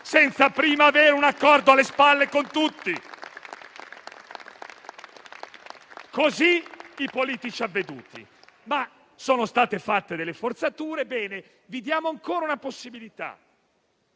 senza prima avere un accordo alle spalle con tutti. Questo fanno i politici avveduti. Sono state fatte delle forzature, ma vi diamo ancora una possibilità.